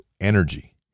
energy